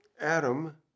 Adam